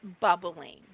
bubbling